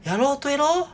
!hannor! 对 lor